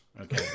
Okay